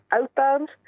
outbound